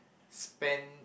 spend